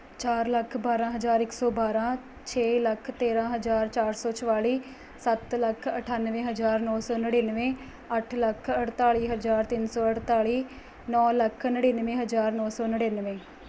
ਚਾਰ ਲੱਖ ਬਾਰਾਂ ਹਜ਼ਾਰ ਇੱਕ ਸੌ ਬਾਰਾਂ ਛੇ ਲੱਖ ਤੇਰਾਂ ਹਜ਼ਾਰ ਚਾਰ ਸੌ ਚੁਤਾਲੀ ਸੱਤ ਲੱਖ ਅਠਾਨਵੇਂ ਹਜ਼ਾਰ ਨੌ ਸੌ ਨੜਿਨਵੇਂ ਅੱਠ ਲੱਖ ਅਠਤਾਲੀ ਹਜ਼ਾਰ ਤਿੰਨ ਸੌ ਅਠਤਾਲੀ ਨੌ ਲੱਖ ਨੜਿਨਵੇਂ ਹਜ਼ਾਰ ਨੌ ਸੌ ਨੜਿਨਵੇਂ